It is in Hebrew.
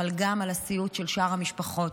אבל גם על הסיוט של שאר המשפחות,